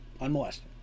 Unmolested